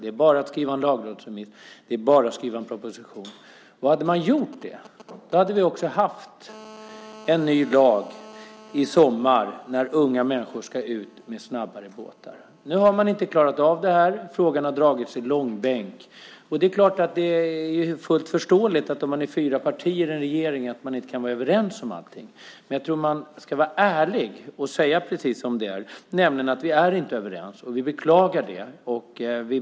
Det är bara att skriva en lagrådsremiss och en proposition. Hade man gjort det hade vi också haft en ny lag i sommar, när unga människor ska ut med snabbare båtar. Nu har man inte klarat av detta. Frågan har dragits i långbänk. Det är fullt förståeligt att man inte kan vara överens om allting om man är fyra partier i en regering. Men man ska vara ärlig och säga precis som det är: Vi är inte överens, och vi beklagar det.